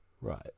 Right